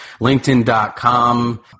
LinkedIn.com